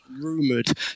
rumoured